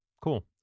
Cool